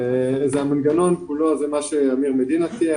המנגנון הוא כפי שאמירה מדינה תיאר,